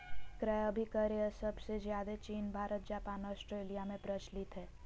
क्रय अभिक्रय सबसे ज्यादे चीन भारत जापान ऑस्ट्रेलिया में प्रचलित हय